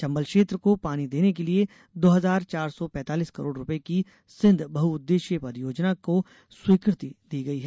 चंबल क्षेत्र को पानी देने के लिए दो हजार चार सौ पैतालीस करोड़ रुपये की सिंध बहुउद्देशीय परियोजना को स्वीकृति दी गई है